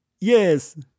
Yes